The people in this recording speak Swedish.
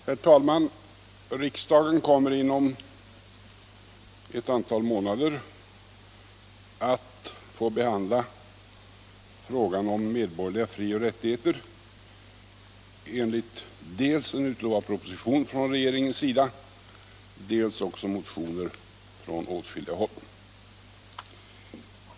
Herr talman! Riksdagen kommer inom ett antal månader att få behandla frågan om medborgerliga fri och rättigheter enligt dels en utlovad proposition, dels motioner från åtskilliga håll.